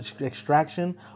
extraction